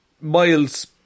miles